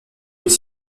deux